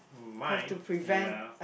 might ya